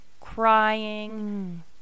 crying